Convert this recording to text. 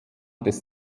des